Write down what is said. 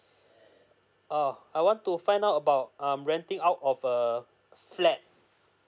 uh I want to find out about um renting out of a flat